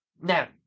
Now